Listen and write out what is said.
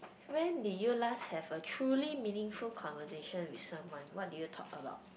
when did you last have a truly meaningful conversation with someone what did you talk about